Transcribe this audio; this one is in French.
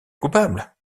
coupable